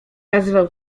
nazywał